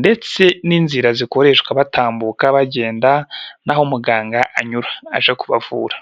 ndetse n'inzira zikoreshwa batambuka bagenda n'aho muganga anyura aje kubavura.